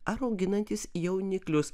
ar auginantys jauniklius